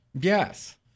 Yes